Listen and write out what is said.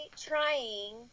trying